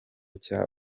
cya